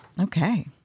Okay